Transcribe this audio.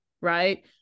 right